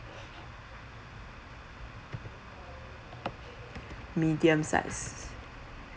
medium size